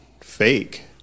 fake